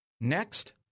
Next